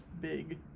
big